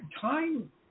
time